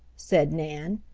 said nan.